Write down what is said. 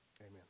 Amen